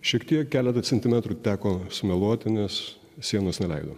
šiek tiek keletą centimetrų teko sumeluoti nes sienos neleido